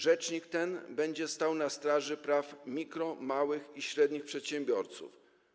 Rzecznik ten będzie stał na straży praw mikro-, małych i średnich przedsiębiorców.